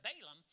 Balaam